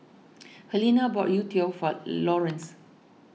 Harlene bought Youtiao for Lawrence